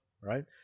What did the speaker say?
right